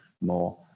more